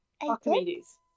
Archimedes